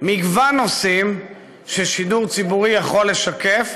מגוון נושאים ששידור ציבורי יכול לשקף,